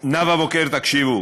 נאוה בוקר, תקשיבו.